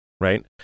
Right